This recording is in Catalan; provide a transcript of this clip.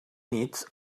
nit